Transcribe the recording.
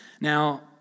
Now